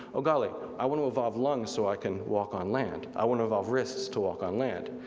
oh golly i wanna to evolve lungs so i can walk on land, i wanna evolve wrists to walk on land.